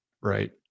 right